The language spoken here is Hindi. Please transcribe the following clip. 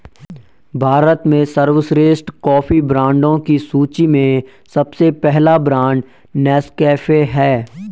भारत में सर्वश्रेष्ठ कॉफी ब्रांडों की सूची में सबसे पहला ब्रांड नेस्कैफे है